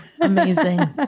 amazing